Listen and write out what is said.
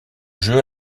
jeu